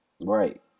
right